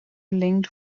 linked